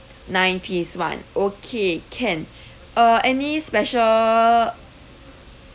nine piece one okay can uh any special